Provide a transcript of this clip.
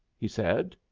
he said.